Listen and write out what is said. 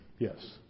Yes